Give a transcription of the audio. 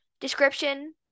description